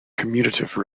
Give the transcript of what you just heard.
commutative